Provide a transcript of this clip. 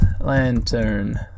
Lantern